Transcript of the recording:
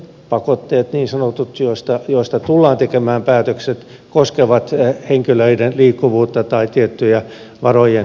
ne niin sanotut pakotteet joista tullaan tekemään päätökset koskevat henkilöiden liikkuvuutta tai tiettyjä varojen jäädyttämisiä